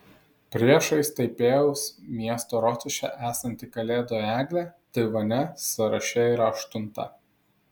priešais taipėjaus miesto rotušę esanti kalėdų eglė taivane sąraše yra aštunta